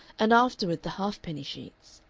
and afterward the half-penny sheets.